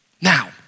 Now